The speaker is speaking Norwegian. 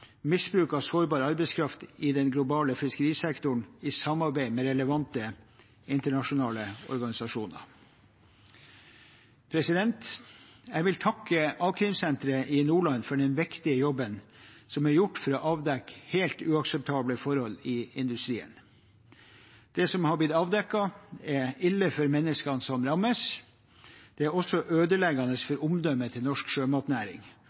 misbruk av sårbar arbeidskraft i den globale fiskerisektoren i samarbeid med relevante internasjonale organisasjoner. Jeg vil takke a-krimsenteret i Nordland for den viktige jobben som er gjort med å avdekke helt uakseptable forhold i industrien. Det som har blitt avdekket, er ille for menneskene som rammes. Det er også ødeleggende for omdømmet til norsk sjømatnæring